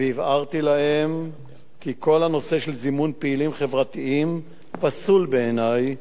והבהרתי להם כי כל הנושא של זימון פעילים חברתיים פסול בעיני,